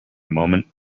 moment